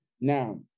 Now